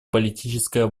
политическая